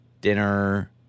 Dinner